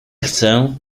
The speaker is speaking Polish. chcę